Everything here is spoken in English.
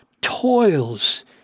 toils